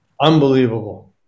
Unbelievable